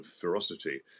ferocity